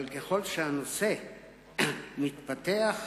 אבל ככל שהנושא מתפתח,